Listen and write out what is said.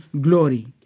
glory